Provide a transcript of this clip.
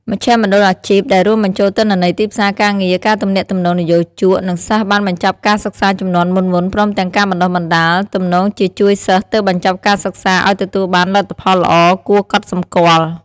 មជ្ឈមណ្ឌលអាជីពដែលរួមបញ្ចូលទិន្នន័យទីផ្សារការងារ ការទំនាក់ទំនងនិយោជក និងសិស្សបានបញ្ចប់ការសិក្សាជំនាន់មុនៗ ព្រមទាំងការបណ្តុះបណ្តាល ទំនងជាជួយសិស្សទើបបញ្ចប់ការសិក្សាឱ្យទទួលបានលទ្ធផលល្អគួរកត់សម្គាល់។